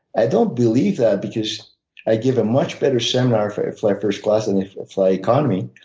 i don't believe that because i give a much better seminar if i fly first class than if fly economy.